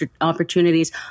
opportunities